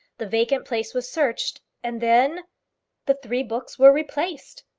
the vacant place was searched, and then the three books were replaced!